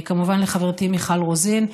כמובן לחברתי מיכל רוזין,